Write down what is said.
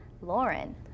Lauren